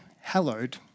hallowed